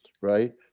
right